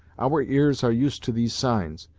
our ears are used to these signs,